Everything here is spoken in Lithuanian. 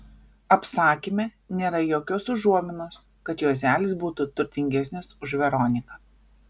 apsakyme nėra jokios užuominos kad juozelis būtų turtingesnis už veroniką